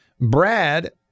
Brad